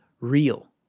real